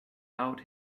out